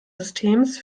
systems